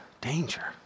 danger